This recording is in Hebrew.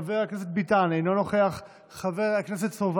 חבר הכנסת אבידר, אינו נוכח, חבר הכנסת מעוז,